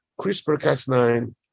CRISPR-Cas9